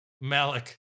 Malik